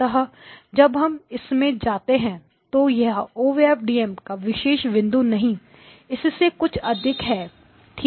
अतः जब हम इसमें जाते हैं तो यह OFDM का प्रवेश बिंदु नहीं इससे कुछ अधिक है ठीक है